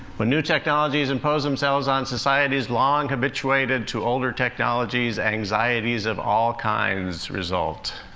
when new technologies impose themselves on societies long habituated to older technologies, anxieties of all kinds result.